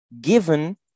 given